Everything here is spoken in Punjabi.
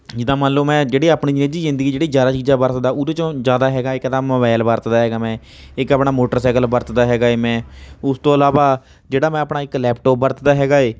ਜਿੱਦਾਂ ਮੰਨ ਲਓ ਮੈਂ ਜਿਹੜੀ ਆਪਣੀ ਨਿੱਜੀ ਜ਼ਿੰਦਗੀ ਜਿਹੜੀ ਜ਼ਿਆਦਾ ਚੀਜ਼ਾਂ ਵਰਤਦਾ ਉਹਦੇ 'ਚੋਂ ਜ਼ਿਆਦਾ ਹੈਗਾ ਇੱਕ ਤਾਂ ਮਬੈਲ ਵਰਤਦਾ ਹੈਗਾ ਮੈਂ ਇੱਕ ਆਪਣਾ ਮੋਟਰਸੈਕਲ ਵਰਤਦਾ ਹੈਗਾ ਹੈ ਮੈਂ ਉਸ ਤੋਂ ਇਲਾਵਾ ਜਿਹੜਾ ਮੈਂ ਆਪਣਾ ਇੱਕ ਲੈਪਟੋਪ ਵਰਤਦਾ ਹੈਗਾ ਏ